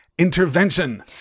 Intervention